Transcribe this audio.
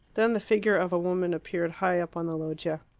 then the figure of a woman appeared high up on the loggia.